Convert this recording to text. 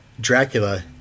Dracula